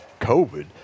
COVID